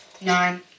nine